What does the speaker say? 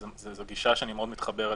זו גישה שאני מאוד מתחבר אליה,